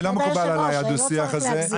אני לא מקובל עליי הדוח שיח הזה,